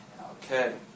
Okay